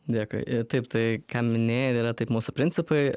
dėkui taip tai ką minėjai ir yra taip mūsų principai